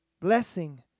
Blessing